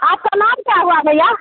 आपका नाम क्या हुआ भईया